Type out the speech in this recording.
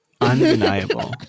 Undeniable